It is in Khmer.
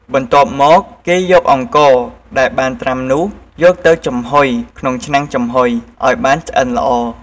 បន្ទាប់មកគេយកអង្ករដែលបានត្រាំនោះ យកទៅចំហុយក្នុងឆ្នាំងចំហុយឲ្យបានឆ្អិនល្អ។